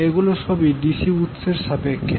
এগুলি সবই ডিসি উৎসের সাপেক্ষে